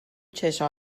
چشم